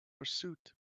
pursuit